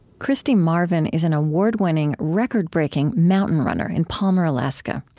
christy marvin is an award-winning, record-breaking mountain runner in palmer, alaska.